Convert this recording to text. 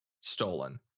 stolen